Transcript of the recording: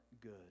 good